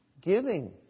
giving